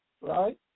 right